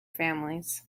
families